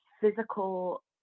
physical